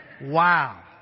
Wow